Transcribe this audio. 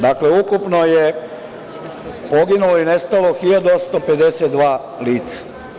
Dakle, ukupno je poginulo i nestalo 1.852 lica.